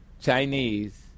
Chinese